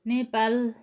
Nepal